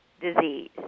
disease